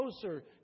closer